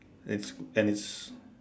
it's and it's